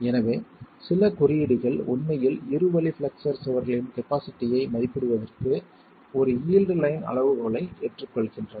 எனவே சில குறியீடுகள் உண்மையில் இருவழி பிளெக்ஸ்ஸர் சுவர்களின் கப்பாசிட்டியை மதிப்பிடுவதற்கு ஒரு யீல்டு லைன் அளவுகோலை ஏற்றுக்கொள்கின்றன